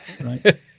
Right